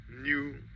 new